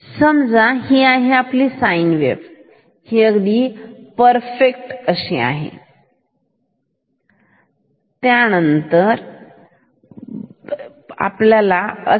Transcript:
समजा ही आहे आपली साइन वेव्ह ही परफेक्ट आहे जरी आपण परफेक्ट नाही काढली तरी बर ही आहे परफेक्ट साइन वेव्ह आहे